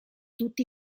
tutti